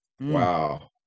Wow